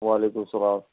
وعلیکُم سلام